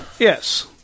Yes